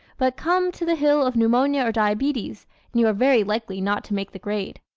but come to the hill of pneumonia or diabetes and you are very likely not to make the grade.